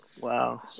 Wow